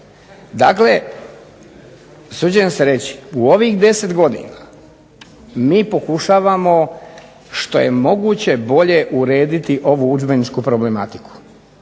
Dakle, usuđujem se reći u ovih 10 godina mi pokušavamo što je moguće bolje urediti ovu udžbeničku problematiku.